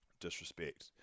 disrespect